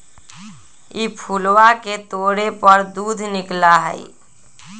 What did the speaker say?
ई फूलवा के तोड़े पर दूध निकला हई